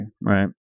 right